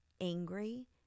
angry